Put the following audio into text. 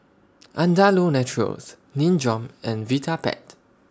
Andalou Naturals Nin Jiom and Vitapet